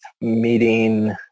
meeting